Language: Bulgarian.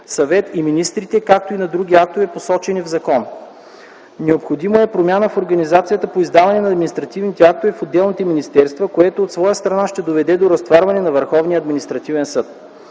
съвет и министрите, както и на други актове, посочени в закона. Необходима е промяна в организацията по издаването на административните актове в отделните министерства, което от своя страна ще доведе до разтоварване на